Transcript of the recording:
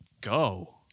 Go